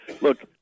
Look